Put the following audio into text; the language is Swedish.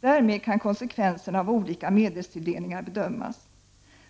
Därmed kan konsekvenserna av olika medelstilldelningar bedömas.